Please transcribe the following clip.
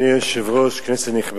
אני גאה להיות בצד אלה שזועקים